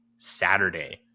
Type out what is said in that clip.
Saturday